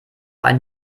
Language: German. ein